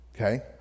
Okay